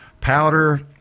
powder